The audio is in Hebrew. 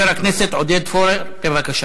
הצעות לסדר-היום